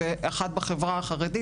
קבוצה אחת בחברה החרדית